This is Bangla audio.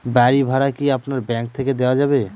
বাড়ী ভাড়া কি আপনার ব্যাঙ্ক থেকে দেওয়া যাবে?